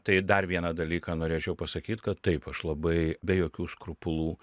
tai dar vieną dalyką norėčiau pasakyt kad taip aš labai be jokių skrupulų